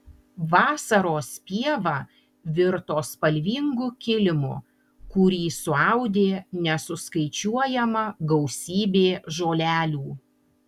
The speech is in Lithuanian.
vasaros pieva virto spalvingu kilimu kurį suaudė nesuskaičiuojama gausybė žolelių